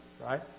right